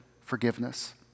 forgiveness